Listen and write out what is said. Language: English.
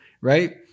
right